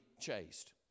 chased